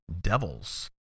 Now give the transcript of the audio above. devils